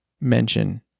mention